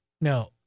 no